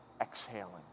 exhaling